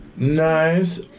Nice